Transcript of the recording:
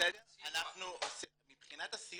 מבחינת הסיוע.